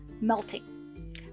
Melting